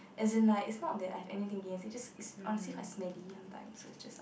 as in like is not that I have anything against is just is honestly quite smelly sometime is just like